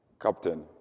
captain